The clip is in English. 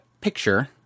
picture